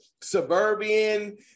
suburban